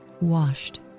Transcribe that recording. washed